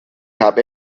habe